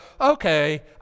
okay